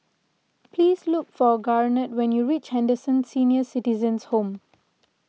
please look for Garnett when you reach Henderson Senior Citizens' Home